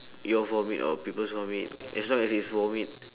your vomit or people's vomit as long as it's vomit